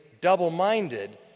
double-minded